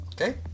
Okay